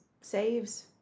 saves